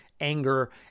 anger